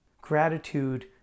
Gratitude